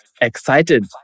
excited